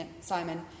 Simon